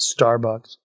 Starbucks